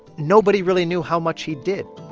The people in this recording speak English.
nobody really knew how much he did